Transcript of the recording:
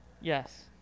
Yes